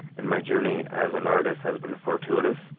and my journey as an artist has been fortuitous,